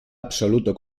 absoluto